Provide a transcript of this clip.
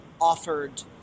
offered